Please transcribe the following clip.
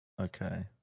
Okay